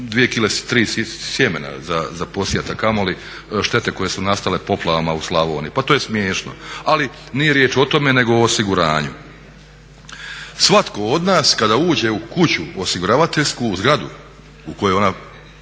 tri sjemena za posijati, a kamoli štete koje su nastale poplavama u Slavoniji. Pa to je smiješno! Ali nije riječ o tome nego o osiguranju. Svatko od nas kada uđe u kuću osiguravateljsku, u zgradu u kojoj ona